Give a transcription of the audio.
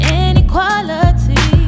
inequality